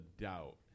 doubt